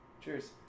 Cheers